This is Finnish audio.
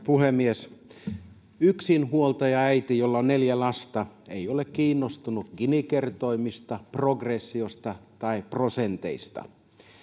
puhemies yksinhuoltajaäiti jolla on neljä lasta ei ole kiinnostunut gini kertoimista progressiosta tai prosenteista